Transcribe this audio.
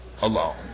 alone